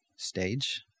stage